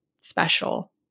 special